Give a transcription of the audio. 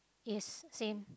yes same